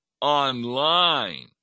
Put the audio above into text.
online